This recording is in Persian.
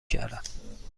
کردم